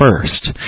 first